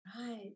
right